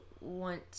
want